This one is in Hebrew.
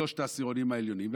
שלושת העשירונים העליונים,